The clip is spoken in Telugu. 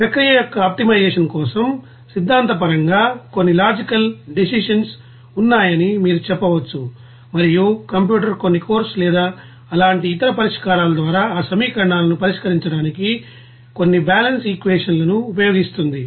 ప్రక్రియ యొక్క ఆప్టిమైజేషన్ కోసం సిద్ధాంతపరంగా కొన్ని లాజికల్ డెసిషన్స్ఉన్నాయని మీరు చెప్పవచ్చు మరియు కంప్యూటర్ కొన్ని కోర్సు లేదా అలాంటి ఇతర పరిష్కారాల ద్వారా ఆ సమీకరణాలను పరిష్కరించడానికి కొన్ని బాలన్స్ఈక్వేషన్స్ లను ఉపయోగిస్తుంది